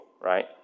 right